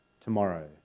tomorrow